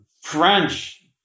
French